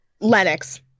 Lennox